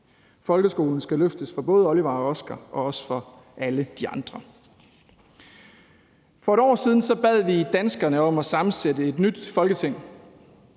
Folkeskolen skal løftes for både Oliver og Oskar og også for alle de andre. For et år siden bad vi danskerne om at sammensætte et nyt Folketing.